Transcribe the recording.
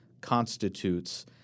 constitutes